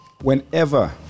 Whenever